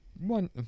One